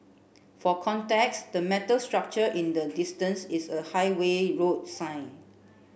for context the metal structure in the distance is a highway road sign